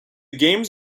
games